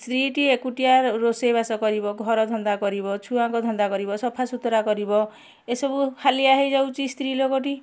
ସ୍ତ୍ରୀଟି ଏକୁଟିଆ ରୋଷେଇବାସ କରିବ ଘର ଧନ୍ଦା କରିବ ଛୁଆଙ୍କ ଧନ୍ଦା କରିବ ସଫାସୁତୁରା କରିବ ଏସବୁ ହାଲିଆ ହେଇଯାଉଛି ସ୍ତ୍ରୀ ଲୋକଟି